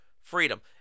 freedom